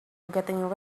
getting